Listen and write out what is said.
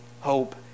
hope